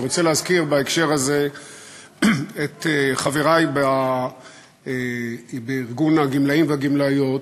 אני רוצה להזכיר בהקשר הזה את חברי בארגון הגמלאים והגמלאיות,